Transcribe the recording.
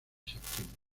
septiembre